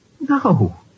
No